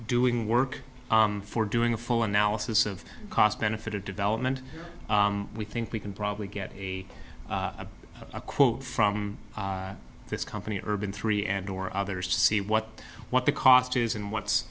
doing work for doing a full analysis of cost benefit of development we think we can probably get a quote from this company urban three and or others to see what what the cost is and what's